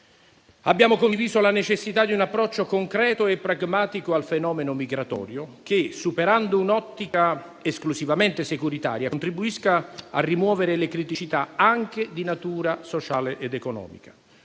Abbiamo condiviso la necessità di un approccio concreto e pragmatico al fenomeno migratorio che, superando un'ottica esclusivamente securitaria, contribuisca a rimuovere le criticità, anche di natura sociale ed economica.